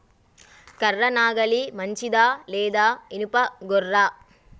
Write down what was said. కర్ర నాగలి మంచిదా లేదా? ఇనుప గొర్ర?